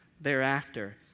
thereafter